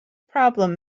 problem